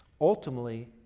Ultimately